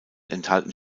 enthalten